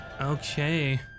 Okay